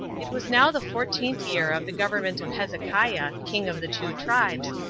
it was now the fourteenth year of the government of hezekiah, king of the two tribes,